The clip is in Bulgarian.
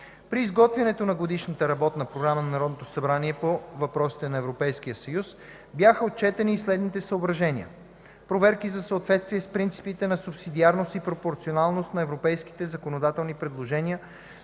При изготвянето на Годишната работна програма на Народното събрани по въпросте на ЕС бяха отчетени и следните съображения: - проверки за съответствие с принципите на субсидиарност и пропорционалност на европейските законодателни предложения,